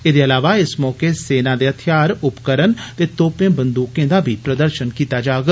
एह्दे इलावा इस मौके सेना दे थेआर उपकरण ते तोपें बंदूकें दा बी प्रदर्शन कीता जाग